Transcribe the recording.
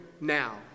now